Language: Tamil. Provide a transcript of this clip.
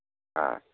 ஆ